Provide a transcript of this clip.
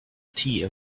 tea